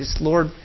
Lord